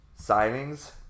signings